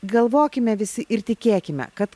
galvokime visi ir tikėkime kad